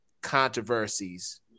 controversies